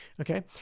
Okay